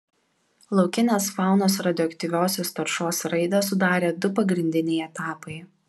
laukinės faunos radioaktyviosios taršos raidą sudarė du pagrindiniai etapai